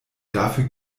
dafür